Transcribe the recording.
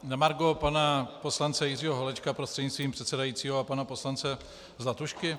Na margo pana poslance Jiřího Holečka, prostřednictvím předsedajícího, a pana poslance Zlatušky.